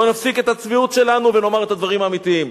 בואו נפסיק את הצביעות שלנו ונאמר את הדברים האמיתיים: